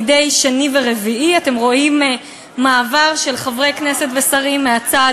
מדי שני ורביעי אתם רואים מעבר של חברי כנסת ושרים מהצד